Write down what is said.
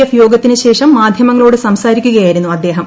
F യോഗത്തിന് ശേഷം മാധ്യമങ്ങളോട് സംസാരിക്കുകയായിരുന്നു അദ്ദേഹം